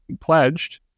pledged